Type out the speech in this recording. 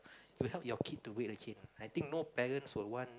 you help your kid to break the chain lah I think no parents will want